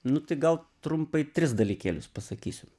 nu tai gal trumpai tris dalykėlius pasakysiu